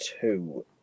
two